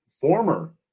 former